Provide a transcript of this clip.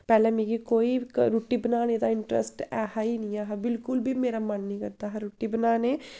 पैह्लें मिगी कोई रुट्टी बनाने दा इंट्रस्ट है हा ई निं हा बिल्कुल बी मेरा मन निं हा करदा हा रुट्टी बनाने गी